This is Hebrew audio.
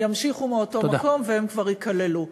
ימשיכו מאותו מקום, והם כבר ייכללו.